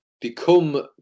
become